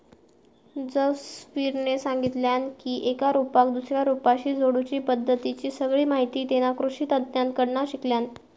जसवीरने सांगितल्यान की एका रोपाक दुसऱ्या रोपाशी जोडुची पद्धतीची सगळी माहिती तेना कृषि तज्ञांकडना शिकल्यान